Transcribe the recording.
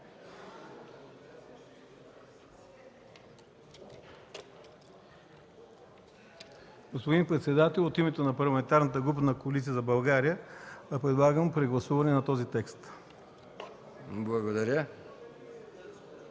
Господин председател, от името на Парламентарната група на Коалиция за България, предлагам прегласуване на този текст.